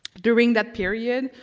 during that period,